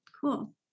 Cool